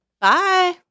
Bye